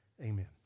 Amen